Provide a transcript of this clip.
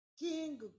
King